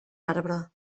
arbre